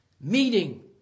meeting